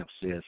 says